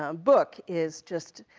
um book is just,